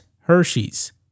Hershey's